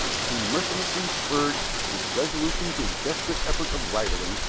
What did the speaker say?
he mercilessly spurred his resolution to the desperate effort of rivaling,